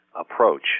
approach